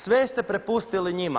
Sve ste prepustili njima.